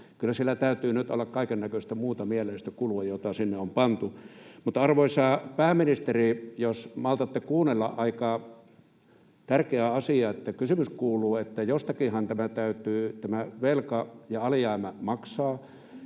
Kyllä siellä täytyy nyt olla kaikennäköistä muuta mieleistä kulua, jota sinne on pantu. Mutta, arvoisa pääministeri, jos maltatte kuunnella aika tärkeää asiaa, niin kysymys kuuluu: Kun jostakinhan tämä velka ja alijäämä täytyy maksaa,